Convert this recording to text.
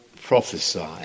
prophesy